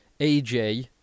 aj